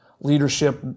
leadership